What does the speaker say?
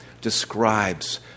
describes